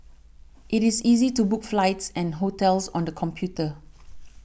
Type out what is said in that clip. it is easy to book flights and hotels on the computer